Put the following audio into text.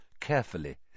carefully